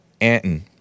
Anton